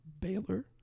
Baylor